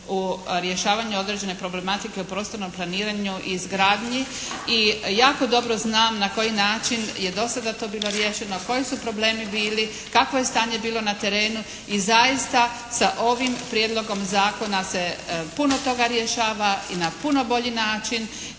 u rješavanju određene problematike u prostornom planiranju i izgradnji i jako dobro znam na koji način je do sada to bilo riješeno, koji su problemi bili, kakvo je stanje bilo na terenu i zaista sa ovim Prijedlogom zakona se puno toga rješava i na puno bolji način